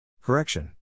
Correction